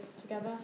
together